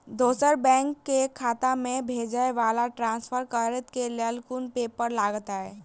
दोसर बैंक केँ खाता मे भेजय वा ट्रान्सफर करै केँ लेल केँ कुन पेपर लागतै?